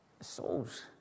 souls